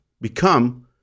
become